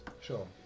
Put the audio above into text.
Sure